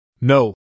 No